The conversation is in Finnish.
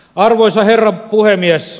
arvoisa herra puhemies